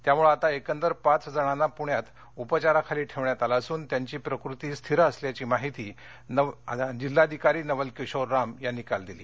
त्यामुळं आता एकंदर पाचजणांना पृण्यात उपचाराखाली ठेवण्यात आलं असुन त्यांची प्रकृती स्थिर असल्याधी माहिती जिल्हाधिकारी नवल किशोर राम यांनी काल दिली